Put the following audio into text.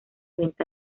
venta